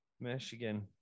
Michigan